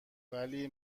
ولی